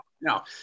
no